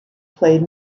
played